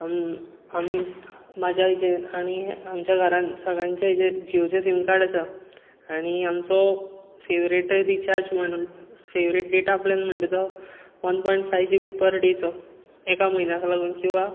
आनी म्हाज्या हेचेर आनी आमच्या घरांत सगळ्यांच्या हेचेर जियोचे सिमकार्ड आसा आनी आमचो फॅवरटय रिचार्ज म्हणटा फॅवरेट डेटा प्लॅन म्हणटा तो one point five G B per डॅचो एका म्हयन्याक लागून किंवां